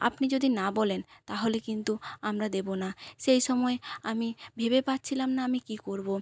আপনি যদি না বলেন তাহলে কিন্তু আমরা কিন্তু দেবো না সেই সময় আমি ভেবে পাচ্ছিলাম না আমি কী করবো